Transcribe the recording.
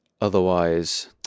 otherwise